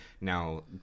now